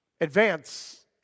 Advance